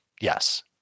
yes